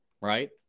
right